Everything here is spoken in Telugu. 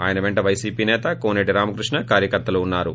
ఆయన పెంట వైసీపీ నేత కోసేటి రామకృష్ణ కార్యకర్తలు ఉన్నారు